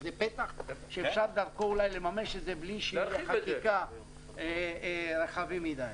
זה פתח שאפשר דרכו לממש את זה בלי שתהיה חקיקה רחבה מדי.